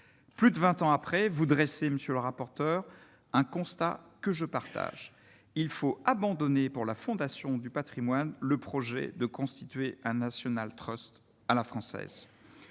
plus de 20 ans après, vous dressez, monsieur le rapporteur, un constat que je partage, il faut abandonner pour la Fondation du Patrimoine, le projet de constituer un National Trust à la française,